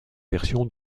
versions